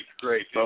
great